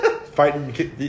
fighting